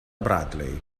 bradley